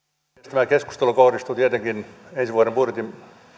tämä keskustelu kohdistuu tietenkin ensi vuoden budjetin